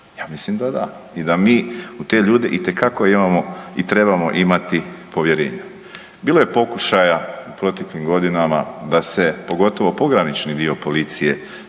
Ja mislim da da i da mi u te ljude itekako imamo i trebamo imati povjerenje. Bilo je pokušaja u proteklim godinama da se pogotovo pogranični dio policije